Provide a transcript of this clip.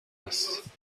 است